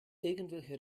irgendwelche